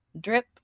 Drip